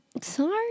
sorry